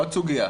עוד סוגיה,